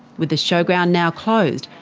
with the showground now closed,